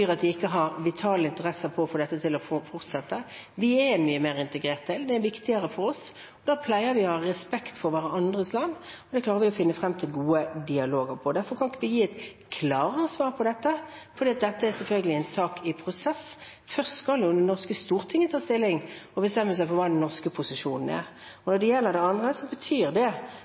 at de ikke har vitale interesser for å få dette til å fortsette. Vi er mye mer integrert, det er viktigere for oss. Da pleier vi å ha respekt for hverandres land, der klarer vi å finne frem til gode dialoger. Derfor kan vi ikke gi et klarere svar på dette, for dette er selvfølgelig en sak i prosess. Først skal det norske storting ta stilling og bestemme seg for hva den norske posisjonen er. Når det gjelder det andre, så betyr det